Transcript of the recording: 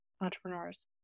entrepreneurs